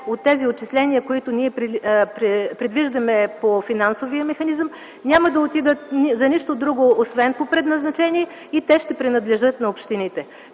от тези отчисления, които ние предвиждаме по финансовия механизъм, няма да отиде за нищо друго освен по предназначение и те ще принадлежат на общините.